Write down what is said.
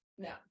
no